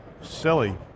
silly